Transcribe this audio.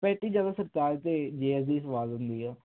ਬੈਠੀ ਜਦੋਂ ਸਰਕਾਰ ਤੇ ਜੇ ਅਸੀਂ ਸਵਾਲ ਹੁੰਦੀ ਆ